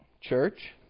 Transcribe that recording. church